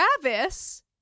Travis